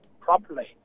properly